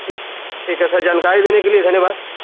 ठीक ठीक है सर जानकारी देने के लिए धन्यवाद